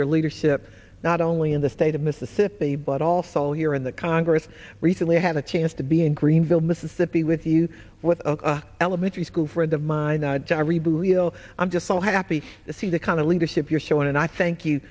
your leadership not only in the state of mississippi but also here in the congress recently had a chance to be in greenville mississippi with you what elementary school friend of mine jerry be real i'm just so happy to see the kind of leadership you're shown and i thank you